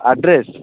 address